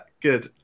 good